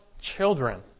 children